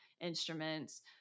instruments